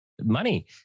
money